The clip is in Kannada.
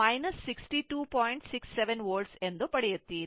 67 volt ಎಂದು ಪಡೆಯುತ್ತೀರಿ